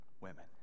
women